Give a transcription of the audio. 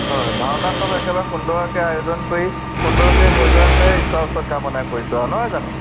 হয় ভাওনাখন একেবাৰে সুন্দৰকৈ আয়োজন কৰি সুন্দৰকৈ হৈ যোৱাটোৱেই ঈশ্বৰৰ ওচৰত কামনা কৰিছো আৰু নহয় জানো